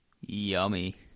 Yummy